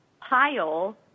pile